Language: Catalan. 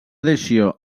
edició